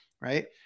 Right